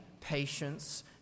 patience